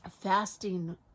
fasting